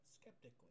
skeptically